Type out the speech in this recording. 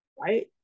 right